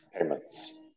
payments